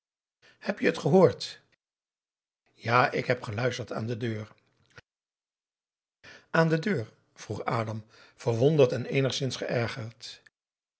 heb je het gehoord ja ik heb geluisterd aan de deur aan de deur vroeg adam verwonderd en eenigszins geërgerd